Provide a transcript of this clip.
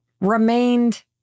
remained